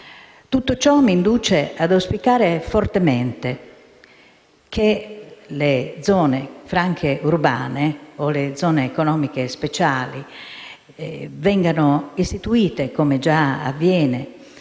Tutto ciò mi induce ad auspicare fortemente che le zone franche urbane, o le zone economiche speciali (ZES), vengano istituite, come già avviene